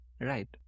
Right